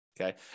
Okay